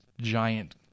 giant